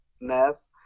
Ness